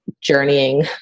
journeying